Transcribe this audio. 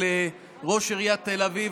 של ראש עיריית תל אביב,